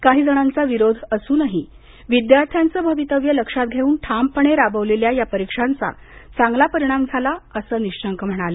काही जणांचा विरोध असूनही विद्यार्थ्यांचं भवितव्य लक्षात घेऊन ठामपणे राबवलेल्या परीक्षांचा चांगला परिणाम झाला असं ते म्हणाले